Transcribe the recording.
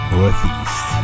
Northeast